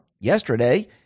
yesterday